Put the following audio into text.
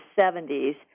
70s